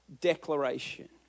declaration